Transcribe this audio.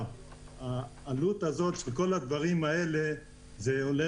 כל הדברים האלה עולים